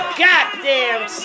goddamn